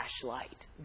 flashlight